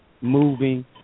moving